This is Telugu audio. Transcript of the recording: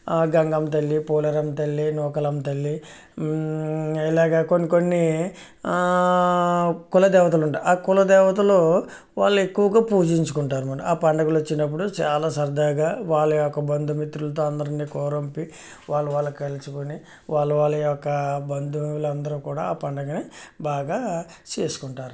గంగమ్మ తల్లి పోలేరమ్మ తల్లి నూకాలమ్మ తల్లి ఇలాగా కొన్ని కొన్ని కుల దేవతలు ఉంటాయి ఆ కుల దేవతలు వాళ్ళు ఎక్కువగా పూజించుకుంటారన్నమాట ఆ పండుగలు వచ్చినప్పుడు చాలా సరదాగా వాళ్ళ యొక్క బంధుమిత్రులతో అందరిని కొరొంపి వాళ్ళు వాళ్ళు కలుసుకొని వాళ్ళ వాళ్ళ యొక్క బంధువులందరు కూడా ఆ పండుగను బాగా చేసుకుంటారు